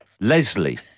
Leslie